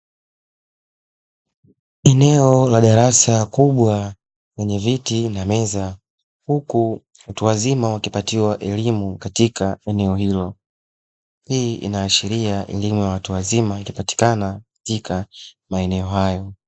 Eneo la darasa kubwa lenye viti na meza huku watu wazima wakipatiwa elimu katika eneo hilo. Hii inaashiria elimu ya watu wazima inapatikana katika maeneo hayo.